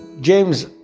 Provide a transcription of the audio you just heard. James